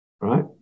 right